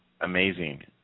amazing